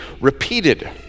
repeated